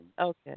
Okay